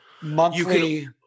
monthly